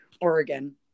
Oregon